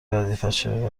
وظیفشه